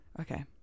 Okay